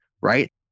right